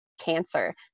cancer